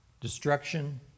destruction